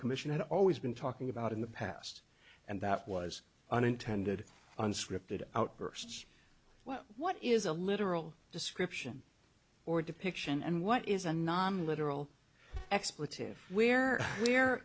commission had always been talking about in the past and that was unintended unscripted outbursts well what is a literal description or depiction and what is a non literal expletive where they're